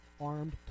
Armed